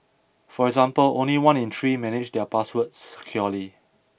for example only one in three manage their passwords securely